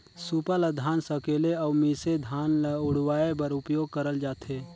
सूपा ल धान सकेले अउ मिसे धान ल उड़वाए बर उपियोग करल जाथे